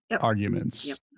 arguments